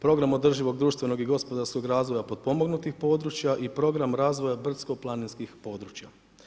Program održivog društvenog i gospodarskog razvoja potpomognutih područja i program razvoja brdsko-planinskih područja.